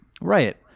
Right